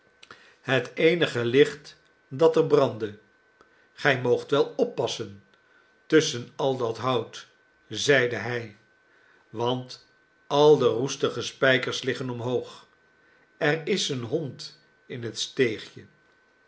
het eenige licht dat er brandde gij moogt wel oppassen tusschen al dat hout zeide hij want al de roestige spijkers liggen omhoog er is een hond in het steegje